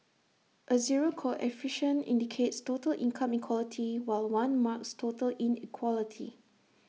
A zero coefficient indicates total income equality while one marks total inequality